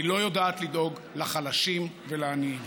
היא לא יודעת לדאוג לחלשים ולעניים.